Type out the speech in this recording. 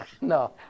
No